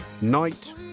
Night